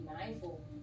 mindful